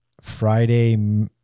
Friday